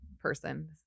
person